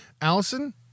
Allison